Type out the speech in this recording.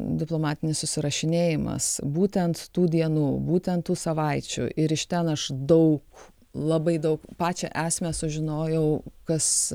diplomatinis susirašinėjimas būtent tų dienų būtent tų savaičių ir iš ten aš daug labai daug pačią esmę sužinojau kas